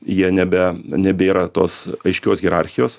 jie nebe nebėra tos aiškios hierarchijos